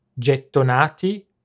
gettonati